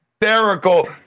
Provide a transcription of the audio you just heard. hysterical